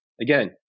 again